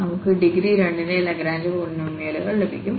നമുക്ക് ഡിഗ്രി 2 ന്റെ ലാഗ്രാഞ്ച്പോളിനോമിയൽ ലഭിക്കും